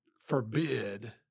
forbid—